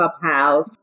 Clubhouse